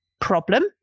problem